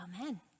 Amen